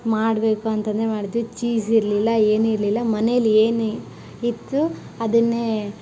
ಮಾಡಬೇಕು ಅಂತಂದೇಳಿ ಮಾಡಿದ್ವಿ ಚೀಸ್ ಇರಲಿಲ್ಲ ಏನೂ ಇರಲಿಲ್ಲ ಮನೇಲಿ ಏನು ಇತ್ತು ಅದನ್ನೇ